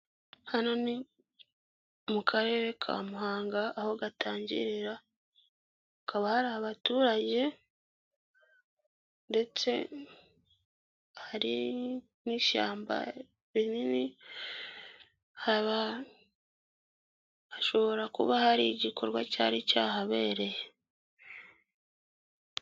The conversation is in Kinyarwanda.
Hano ni mu karere ka Muhanga, aho gatangirira, hakaba hari abaturage, ndetse hari n'ishyamba rinini, hashobora kuba hari igikorwa cyari cyahabereye.